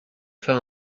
faire